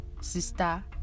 sister